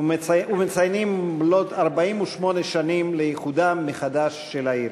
ומציינים מלאות 48 שנים לאיחודה מחדש של העיר.